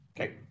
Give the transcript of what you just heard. Okay